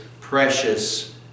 precious